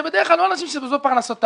אלה בדרך כלל לא אנשים שזאת פרנסתם.